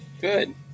Good